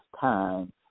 time